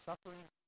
Suffering